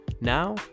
now